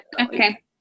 Okay